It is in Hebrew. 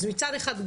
מצד אחד,